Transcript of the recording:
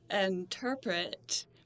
interpret